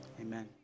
Amen